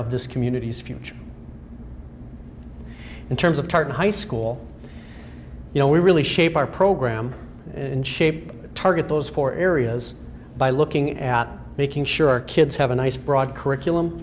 of this community's future in terms of chart high school you know we really shape our program in shape to target those four areas by looking at making sure our kids have a nice broad curriculum